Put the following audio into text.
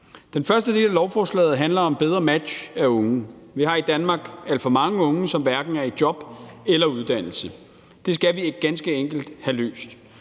Den første del af lovforslaget handler om bedre match af unge. Vi har i Danmark alt for mange unge, som hverken er i job eller i uddannelse. Det skal vi ganske enkelt have løst.